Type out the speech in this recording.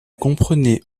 comprenait